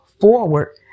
forward